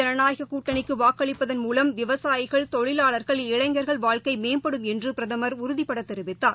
ஜனநாயககூட்டணிக்குவாக்களிப்பதன் மூலம் விவசாயிகள் தொழிலாளர்கள் தேசிய இளளுர்கள் வாழ்க்கைமேம்படும் என்றுபிரதமர் உறுதிப்படதெரிவித்தார்